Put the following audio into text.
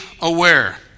aware